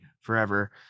forever